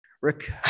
Rick